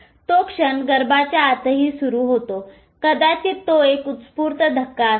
तो क्षण गर्भाच्या आतही सुरू होतो कदाचित तो एक उत्स्फूर्त धक्का असेल